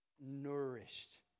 nourished